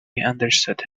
understood